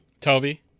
Toby